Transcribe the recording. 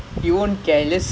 stop